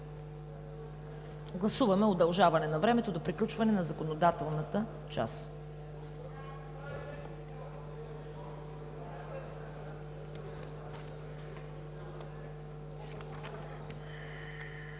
Гласуваме удължаване на времето до приключване на законодателната част.